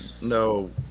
no